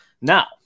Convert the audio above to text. Now